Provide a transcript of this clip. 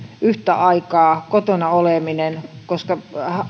yhtä aikaa kotona oleminen koska